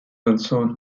also